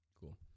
cool